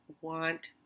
want